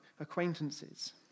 acquaintances